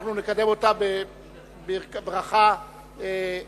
אנחנו נקדם אותה בברכה מיוחדת.